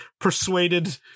persuaded